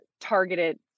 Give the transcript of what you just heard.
targeted